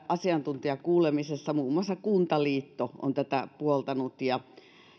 asiantuntijakuulemisessa muun muassa kuntaliitto on tätä puoltanut ja